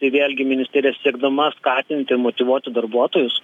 tai vėlgi ministerija siekdama skatinti motyvuoti darbuotojus